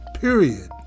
period